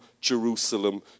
Jerusalem